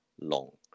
long